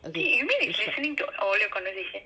okay it stopped